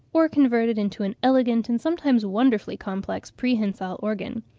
or converted into an elegant, and sometimes wonderfully complex, prehensile organ.